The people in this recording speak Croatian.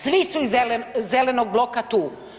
Svi su iz zelenog bloka tu.